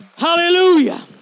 Hallelujah